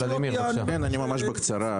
בקצרה.